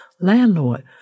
landlord